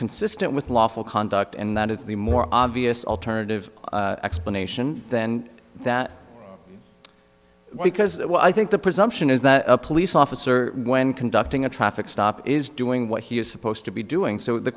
consistent with lawful conduct and that is the more obvious alternative explanation then that because i think the presumption is that a police officer when conducting a traffic stop is doing what he is supposed to be doing so the